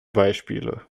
beispiele